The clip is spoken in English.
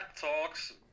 talks